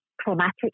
traumatic